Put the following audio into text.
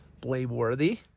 blameworthy